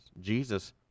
Jesus